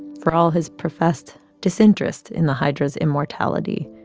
for all his professed disinterest in the hydra's immortality,